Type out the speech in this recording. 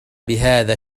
بهذا